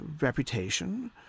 reputation